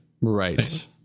Right